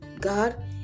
God